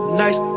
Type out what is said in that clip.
nice